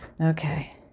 Okay